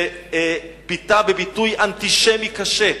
שביטא ביטוי אנטישמי קשה,